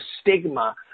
stigma